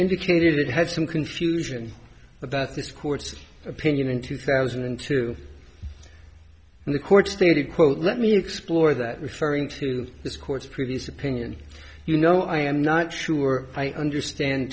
indicated have some confusion about this court's opinion in two thousand and two and the court stated quote let me explore that referring to this court's previous opinion you know i am not sure i understand